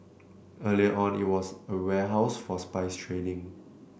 earlier on it was a warehouse for spice trading